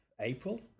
April